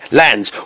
lands